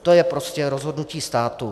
To je prostě rozhodnutí státu.